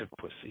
pussy